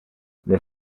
nel